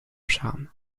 charme